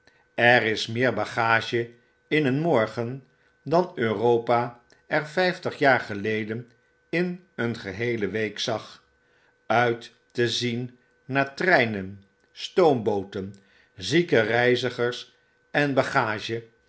er is meer bagage in een morgen dan europa er vijftig jaar geleden in een geheele week zag uit te zien naar treinen stoombooten zieke reizigers en bagage